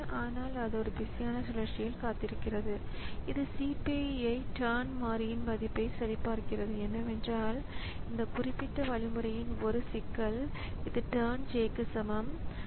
ஆனால் பயனாளரால் மிக அதிக வேகத்தில் தட்டச்சு செய்ய இயலாததால் பயனாளரால் அதிக எண்ணிக்கையிலான குறுக்கீடுகளை மிக வேகமாக உருவாக்க முடியாது